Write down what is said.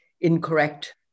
incorrect